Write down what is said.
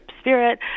spirit